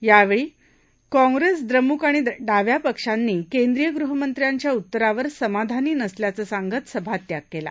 यावछी काँग्रस्त द्रमुक आणि डाव्या पक्षांनी केंद्रीय गृहमंत्र्यांच्या उत्तरावर समाधानी नसल्याचं सांगत सभात्याग क्ला